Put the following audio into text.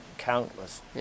countless